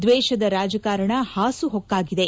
ದ್ವೇಷದ ರಾಜಕಾರಣ ಹಾಸುಹೊಕ್ಕಾಗಿದೆ